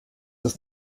ist